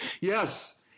Yes